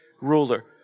ruler